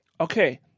Okay